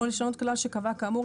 או לשנות כלל שקבע כאמור,